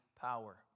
power